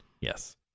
yes